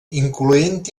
incloent